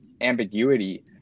ambiguity